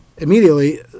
Immediately